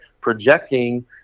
projecting